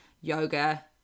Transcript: yoga